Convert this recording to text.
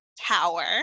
Tower